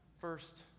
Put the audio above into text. first